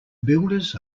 builders